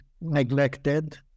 neglected